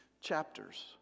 chapters